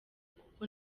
kuko